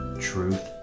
truth